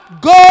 Go